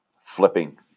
flipping